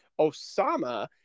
Osama